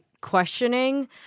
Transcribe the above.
questioning